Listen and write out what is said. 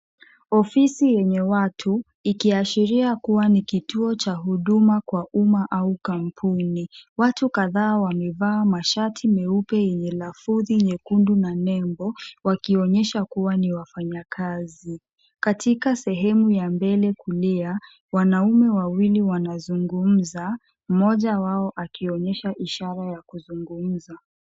Ofisi yenye watu ikiashiria kuwa ni kituo cha huduma kwa uma au kampuni. Watu kadhaa wamevaa mashati meupe yenye lafudhi nyekundu na nembo, wakionyesha kuwa ni wafanyakazi. Katika sehemu ya mbele kulia, wanaume wawili wanazungumza, mmoja wao akionyesha ishara ya kuzungumza.